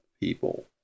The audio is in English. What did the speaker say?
people